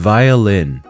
Violin